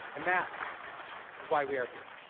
and that is why we are here.